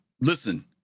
Listen